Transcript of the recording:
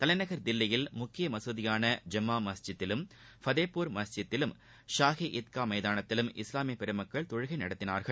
தலைநகர் தில்லியில் முக்கிய மசூதியான ஜம்மா மஸ்ஜிதிலும் ஃபதேபூரி மஸ்ஜிதிலும் ஷாஹி ஈத்கா மைதானத்திலும் இஸ்லாமிய பெருமக்கள் தொழுகை நடத்துகிறார்கள்